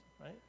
right